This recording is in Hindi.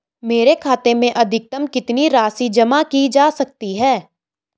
मेरे खाते में अधिकतम कितनी राशि जमा की जा सकती है?